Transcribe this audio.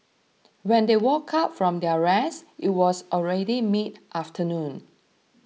when they woke up from their rest it was already mid afternoon